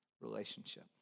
relationship